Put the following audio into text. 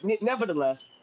nevertheless